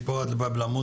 חבר הכנסת עלי,